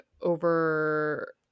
over –